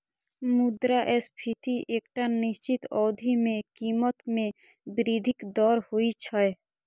मुद्रास्फीति एकटा निश्चित अवधि मे कीमत मे वृद्धिक दर होइ छै